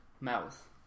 mouth